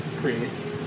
creates